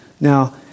Now